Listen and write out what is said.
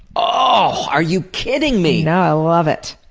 are you kidding me? no, i love it.